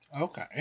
Okay